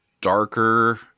darker